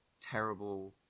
terrible